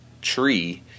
tree